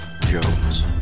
Jones